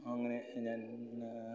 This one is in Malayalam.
അങ്ങനെ ഞാന് പിന്നെ